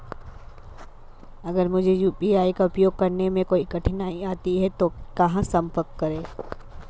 अगर मुझे यू.पी.आई का उपयोग करने में कोई कठिनाई आती है तो कहां संपर्क करें?